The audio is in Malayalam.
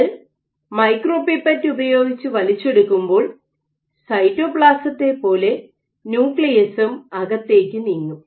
നിങ്ങൾ മൈക്രോ പിപ്പറ്റ് ഉപയോഗിച്ച് വലിച്ചെടുക്കുമ്പോൾ സൈറ്റോപ്ലാസത്തെ പോലെ ന്യൂക്ലിയസും അകത്തേക്ക് നീങ്ങും